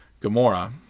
Gamora